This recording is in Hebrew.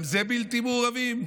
גם זה בלתי מעורבים?